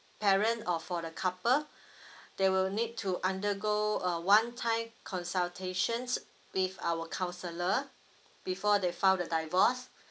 parent or for the couple they will need to undergo uh one time consultations with our counsellor before they file the divorce